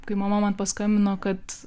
kai mama man paskambino kad